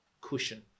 cushion